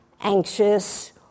anxious